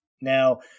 Now